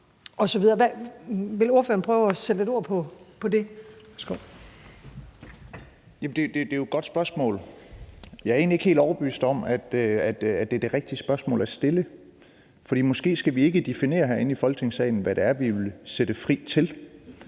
15:25 Alex Vanopslagh (LA): Jamen det er jo et godt spørgsmål. Jeg er egentlig ikke helt overbevist om, at det er det rigtige spørgsmål at stille, for måske skal vi ikke definere herinde i Folketingssalen, hvad det er, vi vil sætte fri til,